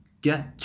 get